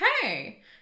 hey